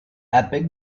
epic